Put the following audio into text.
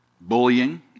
bullying